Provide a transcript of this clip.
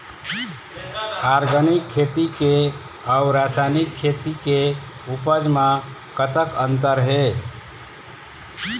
Organic खेती के अउ रासायनिक खेती के उपज म कतक अंतर हे?